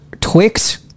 Twix